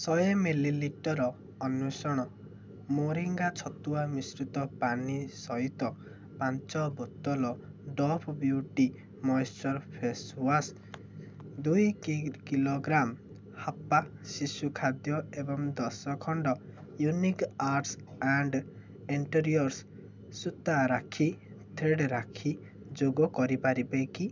ଶହେ ମିଲିଲିଟର୍ ଅନ୍ଵେଷଣ ମୋରିଙ୍ଗା ଛତୁଆ ମିଶ୍ରିତ ପାନୀ ସହିତ ପାଞ୍ଚ ବୋତଲ ଡୋଭ୍ ବିୟୁଟି ମଏଶ୍ଚର୍ ଫେସ୍ୱାଶ୍ ଦୁଇ କି କିଲୋଗ୍ରାମ୍ ହାପ୍ପା ଶିଶୁ ଖାଦ୍ୟ ଏବଂ ଦଶ ଖଣ୍ଡ ୟୁନିକ୍ ଆର୍ଟ୍ସ ଆଣ୍ଡ ଇଣ୍ଟେରିୟର୍ସ ସୁତା ରାକ୍ଷୀ ଥ୍ରେଡ଼୍ ରାକ୍ଷୀ ଯୋଗ କରିପାରିବେ କି